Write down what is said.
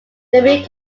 derby